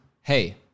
hey